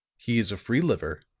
he is a free liver,